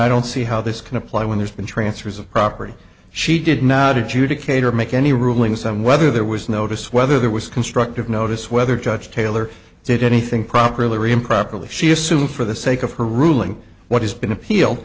i don't see how this can apply when there's been transfers of property she did not adjudicated make any rulings on whether there was notice whether there was constructive notice whether judge taylor did anything properly or improperly she assumed for the sake of her ruling what has been appeal